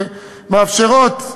ומאפשרות סובלנות,